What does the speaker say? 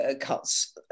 cuts